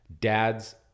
dads